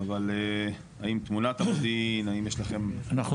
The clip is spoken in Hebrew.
האם תמונת המודיעין, האם יש לכם ---?